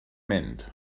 mynd